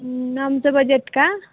आमचं बजेट का